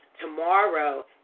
Tomorrow